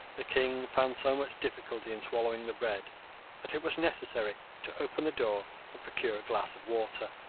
the king found so much difficulty in swallowing the bread that it was necessary to open the door and procure a glass of water.